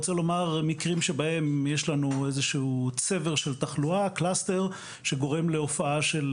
יש מקרים בהם יש לנו צבר של תחלואה שגורם להופעה של